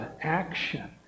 action